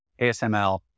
ASML